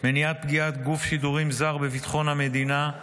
מניעת פגיעת גוף שידורים זר בביטחון המדינה,